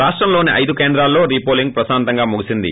రాష్టం లోని ఐదు కేంద్రాల్లో రీపోలింగ్ ప్రశాంతంగా ముగిసింది